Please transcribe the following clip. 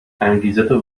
انگیزتونو